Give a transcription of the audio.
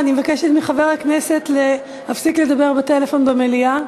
ואני מבקשת מחבר הכנסת להפסיק לדבר בטלפון במליאה.